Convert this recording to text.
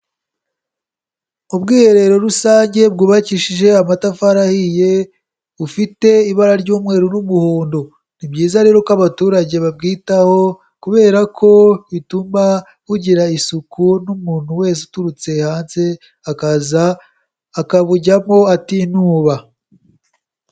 Ubwiherero rusange bwubakishije amatafari ahiye, bufite ibara ry'umweru n'umuhondo. Ni byiza rero ko abaturage babwitaho kubera ko bituma bugira isuku n'umuntu wese uturutse hanze, akaza akabujyamo atinuba.